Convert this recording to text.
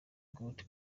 gold